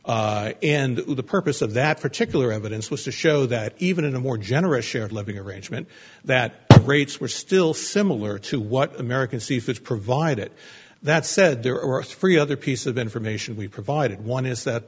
and the purpose of that particular evidence was to show that even in a more generous share living arrangement that rates were still similar to what american seafood provide it that said there are three other piece of information we provide it one is that